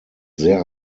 sehr